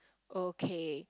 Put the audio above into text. okay